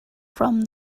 from